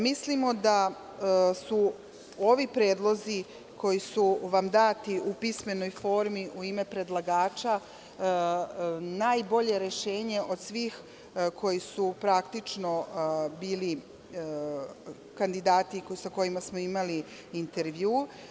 Mislimo da su ovi predlozi koji su vam dati u pismenoj formi, u ime predlagača, najbolje rešenje od svih koji su praktično bili kandidati sa kojima smo imali intervju.